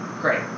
Great